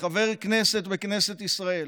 כחבר כנסת בכנסת ישראל,